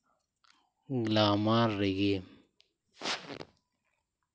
glamour ᱨᱮᱜᱮ